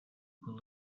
will